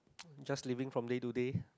just living from day to day